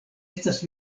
estas